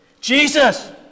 Jesus